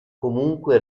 comunque